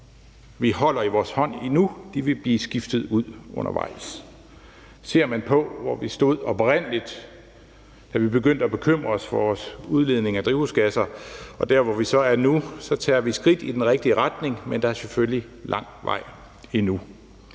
vi holder i vores hånd nu, blive skiftet ud undervejs. Ser man på, hvor vi stod oprindelig, da vi begyndte at bekymre os for vores udledning af drivhusgasser, og der, hvor vi så er nu, tager vi skridt i den rigtige retning, men der er selvfølgelig lang vej endnu.